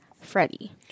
Freddie